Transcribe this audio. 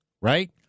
Right